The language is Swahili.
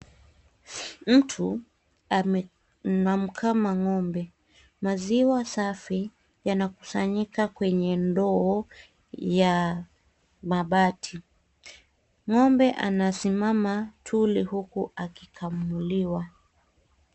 Mtu anamkama ng'ombe. Maziwa safi yanakusanyika kwenye ndoo ya mabati. Ng'ombe anasimama tuli huku akikamuliwa.